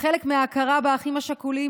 כחלק מההכרה באחים השכולים,